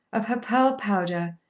of her pearl powder,